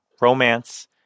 romance